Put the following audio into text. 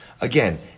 Again